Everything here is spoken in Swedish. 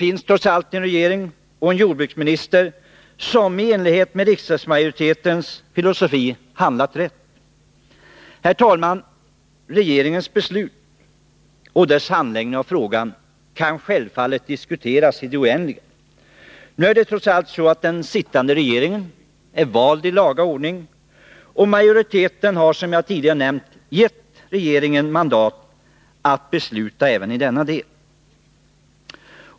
Vi har trots allt en regering och en jordbruksminister som i enlighet med riksdagsmajoritetens filosofi handlat rätt. Herr talman! Regeringens beslut och dess handläggning av frågan kan självfallet diskuteras i det oändliga. Nu är det trots allt så att den sittande regeringen är vald i laga ordning. Riksdagsmajoriteten har som jag tidigare nämnt gett regeringen mandat att besluta även i denna del.